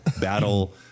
battle